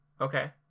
Okay